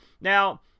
now